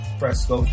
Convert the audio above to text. fresco